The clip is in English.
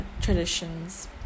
traditions